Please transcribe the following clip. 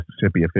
Mississippi